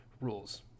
rules